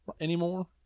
anymore